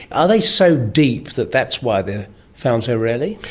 are they so deep that that's why they are found so rarely?